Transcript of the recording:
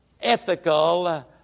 ethical